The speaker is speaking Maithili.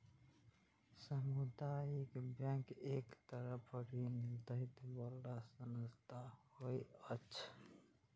सामुदायिक बैंक एक तरहक ऋण दै बला संस्था होइ छै